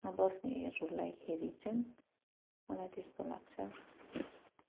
मा बस्नेहरूलाई हेरी चाहिँ मलाई त्यस्तो लाग्छ